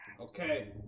Okay